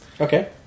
Okay